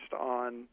on